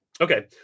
Okay